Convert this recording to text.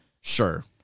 Sure